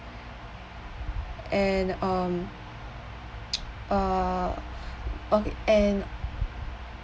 and um uh okay and